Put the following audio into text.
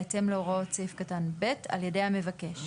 בהתאם להוראות סעיף קטן (ב) על ידי המבקש.